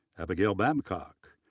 abigail babcock,